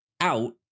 out